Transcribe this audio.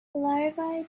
larvae